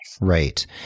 Right